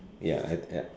ya I've had